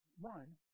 one